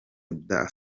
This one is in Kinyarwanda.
abdou